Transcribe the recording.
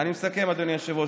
אני מסכם, אדוני היושב-ראש.